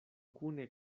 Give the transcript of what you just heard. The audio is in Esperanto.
kune